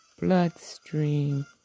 bloodstream